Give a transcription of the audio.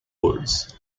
words